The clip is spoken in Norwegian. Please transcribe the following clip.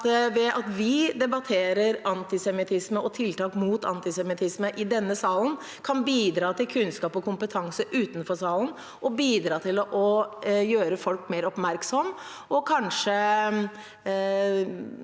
det at vi debatterer antisemittisme og tiltak mot antisemittisme i denne salen, kan bidra til kunnskap og kompetanse utenfor salen og bidra til å gjøre folk mer oppmerksomme og kanskje